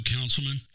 Councilman